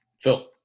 Phil